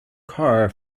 car